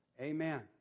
Amen